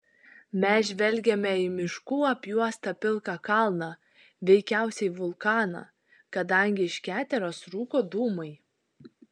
mes žvelgėme į miškų apjuostą pilką kalną veikiausiai vulkaną kadangi iš keteros rūko dūmai